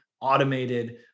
automated